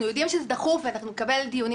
יודעים שזה דחוף ואנחנו נקיים דיונים.